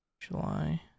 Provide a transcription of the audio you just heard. July